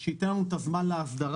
שייתן לנו את הזמן להסדרה,